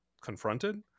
confronted